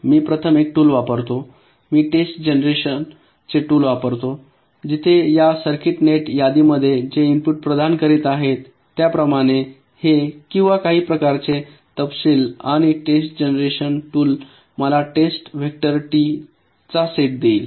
मी प्रथम एक टूल वापरतो मी टेस्ट जनरेशन चे टूल वापरतो जिथे या सर्किट नेट यादीमध्ये जे इनपुट प्रदान करीत आहे त्याप्रमाणे हे किंवा काही प्रकारचे तपशील आणि टेस्ट जनरेशन टूल मला टेस्ट व्हेक्टर टी चा सेट देईल